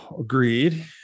Agreed